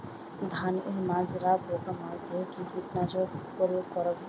ধানের মাজরা পোকা মারতে কি কীটনাশক প্রয়োগ করব?